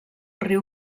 riu